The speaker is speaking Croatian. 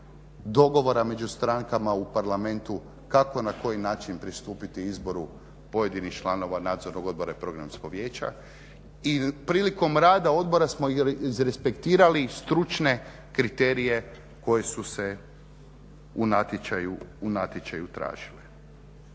dogovora među strankama u Parlamentu kako i na koji način pristupiti izboru pojedinih članova nadzornog odbora i programskog vijeća. I prilikom rada odbora smo respektirali stručne kriterije koje su se u natječaju tražile.